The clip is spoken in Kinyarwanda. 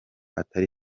atari